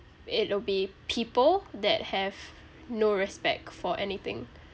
it'll be people that have no respect for anything